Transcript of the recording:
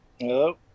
Hello